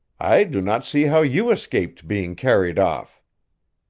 i do not see how you escaped being carried off.